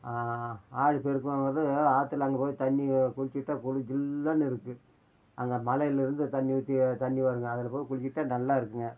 ஆடிப்பெருக்கு ஆற்றுல அங்கே போய் தண்ணி குளிச்சிட்டால் ஜில்லுன்னு இருக்குது அங்கே மலையில் இருந்து தண்ணி ஊற்றி தண்ணி வருங்க அதில் போய் குளிச்சிட்டால் நல்லாயிருக்குங்க